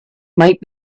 might